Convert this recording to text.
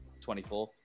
24